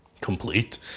complete